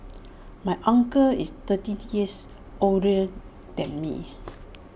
my uncle is thirty years older than me